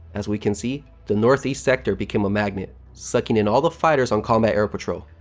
as we can see, the northeast sector became a magnet, sucking in all the fighters on combat air patrol.